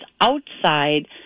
outside